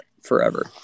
forever